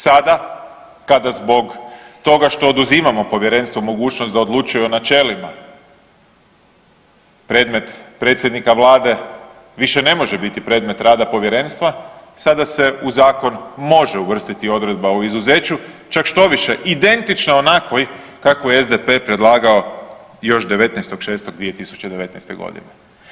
Sada kada zbog toga što oduzimamo povjerenstvu mogućnost da odlučuje o načelima predmet predsjednika Vlade više ne može biti predmet rada povjerenstva, sada se u zakon može uvrstiti odredba o izuzeću čak štoviše identična onakvoj kakvu je SDP predlagao još 19.6.2019. godine.